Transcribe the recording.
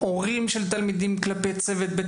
הורים של תלמידים כלפי צוות בית,